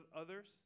others